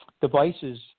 devices